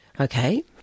Okay